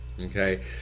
okay